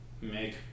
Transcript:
make